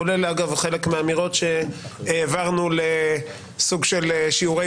כולל אגב חלק מהאמירות שהעברנו לסוג של שיעורי